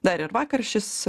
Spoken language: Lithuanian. dar ir vakar šis